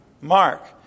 Mark